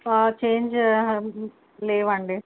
change లేదండి